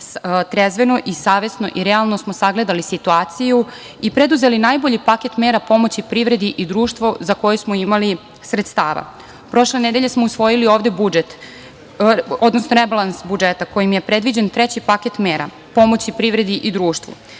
trezveno i savesno i realno smo sagledali situaciju i preduzeli najbolji paket mera pomoći privredi i društvu za koje smo imali sredstava. Prošle nedelje smo usvojili ovde budžet, odnosno rebalans budžeta, kojim je predviđen treći paket mera pomoći privredi i društvu.